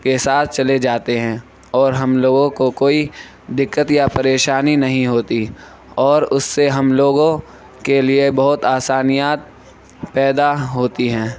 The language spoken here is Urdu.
کے ساتھ چلے جاتے ہیں اور ہم لوگوں کو کوئی دقت یا پریشانی نہیں ہوتی اور اس سے ہم لوگوں کے لیے بہت آسانیاں پیدا ہوتی ہیں